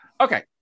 Okay